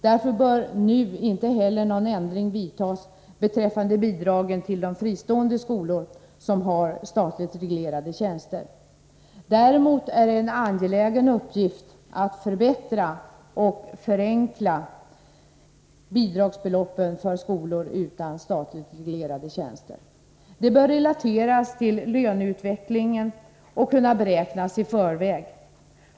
Därför bör nu inte heller någon ändring vidtas beträffande bidragen till de fristående Däremot är det en angelägen uppgift att förbättra och förenkla vad gäller bidragsbeloppen för skolor utan statligt reglerade tjänster. De bör relateras till löneutvecklingen och kunna beräknas i förväg.